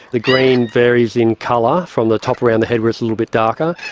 the green varies in colour from the top around the head where it's a little bit darker,